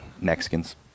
Mexicans